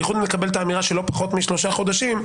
במיוחד אם נקבל את האמירה של לא פחות משלושה חודשים,